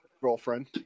girlfriend